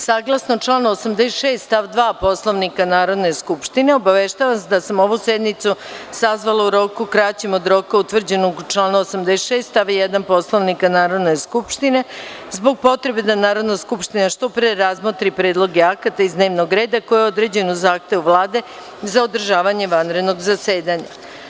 Saglasno članu 86. stav 2. Poslovnika Narodne skupštine, obaveštavam vas da sam ovu sednicu sazvala u roku kraćem od roka utvrđenog u članu 86. stav 1. Poslovnika Narodne skupštine, zbog potrebe da Narodna skupština što pre razmotri predloge akata iz dnevnog reda, koji je određen u zahtevu Vlade za održavanje vanrednog zasedanja.